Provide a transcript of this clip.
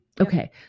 Okay